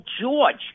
George